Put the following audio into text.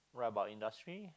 write about industry